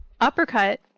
Uppercut